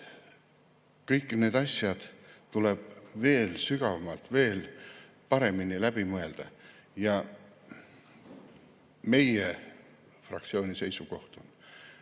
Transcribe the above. kõik need asjad tuleb veel sügavamalt, veel paremini läbi mõelda. Meie fraktsiooni seisukoht on,